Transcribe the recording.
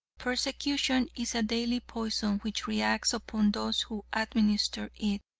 persecution is a deadly poison which reacts upon those who administer it.